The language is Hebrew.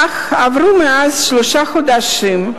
אך עברו מאז שלושה חודשים,